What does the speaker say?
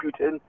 Putin